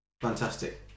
fantastic